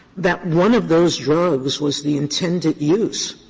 that one of those drugs was the intended use,